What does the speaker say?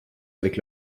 avec